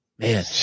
man